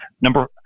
Number